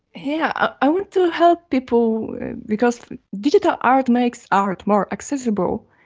yeah i want to help people because digital art makes art more accessible.